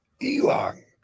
elon